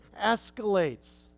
escalates